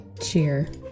cheer